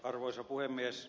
arvoisa puhemies